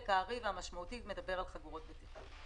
הארי והמשמעותי מדבר על חגורות בטיחות.